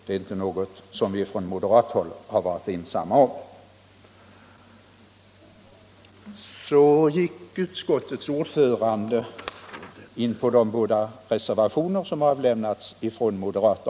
Det är inte något som vi från moderat håll har varit ensamma om. Utskottets ordförande gick in på de båda reservationer som vi moderater avlämnat.